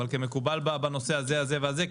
כמקובל בנושא הזה והזה,